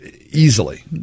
Easily